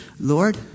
Lord